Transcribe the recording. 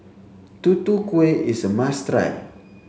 Tutu Kueh is a must try